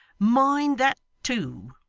mind that too